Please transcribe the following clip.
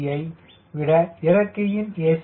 G யை விட இறக்கையின் a